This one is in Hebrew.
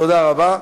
תודה רבה.